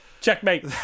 Checkmate